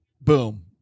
boom